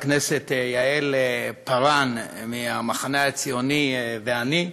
חברת הכנסת יעל פארן מהמחנה הציוני ואני,